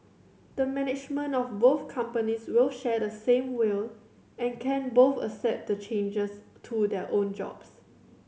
the management of both companies will share the same will and can both accept the changes to their own jobs